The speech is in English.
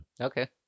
Okay